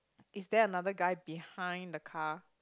is there another guy behind the car